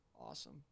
awesome